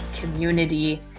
community